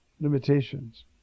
limitations